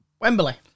Wembley